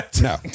No